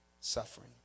suffering